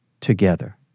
together